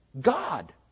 God